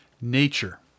Nature